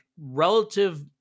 relative